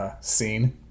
scene